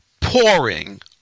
pouring